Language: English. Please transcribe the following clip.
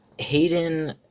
Hayden